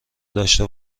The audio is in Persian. داشته